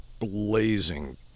blazing